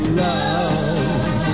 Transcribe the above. love